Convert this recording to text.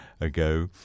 ago –